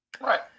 right